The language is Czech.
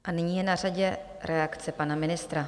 A nyní je na řadě reakce pana ministra.